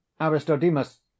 Aristodemus